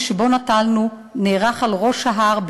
לקורבנות הטבח הארמני שבו נטלנו חלק נערך על ראש ההר,